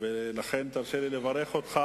כדי שתוכל להביא,